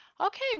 Okay